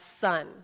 son